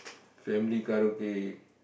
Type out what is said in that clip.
family karaoke